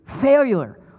failure